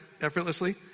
effortlessly